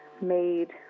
made